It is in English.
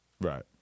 Right